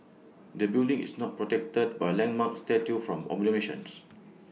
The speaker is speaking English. the building is not protected by landmark status from demolition